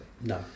no